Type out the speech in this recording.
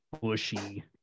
bushy